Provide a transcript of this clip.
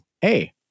hey